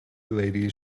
ladies